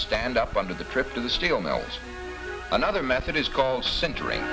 stand up on the trip to the steel mills another method is called centering